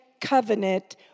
covenant